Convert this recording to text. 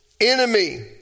enemy